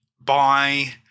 by-